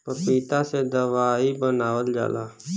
पपीता से दवाई बनावल जाला